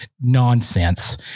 nonsense